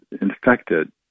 infected